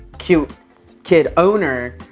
cute kid owner,